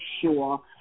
sure